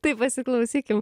tai pasiklausykim